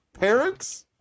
parents